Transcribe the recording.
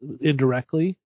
Indirectly